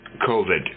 COVID